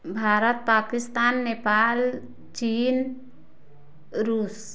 भारत पाकिस्तान नेपाल चीन रूस